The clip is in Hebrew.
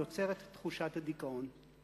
ויוצרת את תחושת הדיכאון".